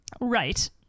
right